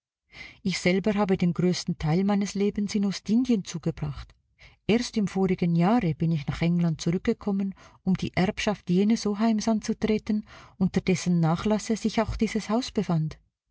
ich selber habe den größten teil meines lebens in ostindien zugebracht erst im vorigen jahre bin ich nach england zurückgekommen um die erbschaft jenes oheims anzutreten unter dessen nachlasse sich auch dieses haus befand